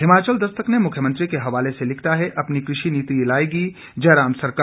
हिमाचल दस्तक ने मुख्यमंत्री के हवाले से लिखा है अपनी कृषि नीति लाएगी जयराम सरकार